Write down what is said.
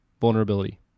Vulnerability